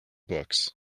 books